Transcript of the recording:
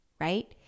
right